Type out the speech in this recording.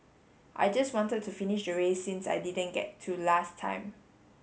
I just wanted to finish the race since I didn't get to last time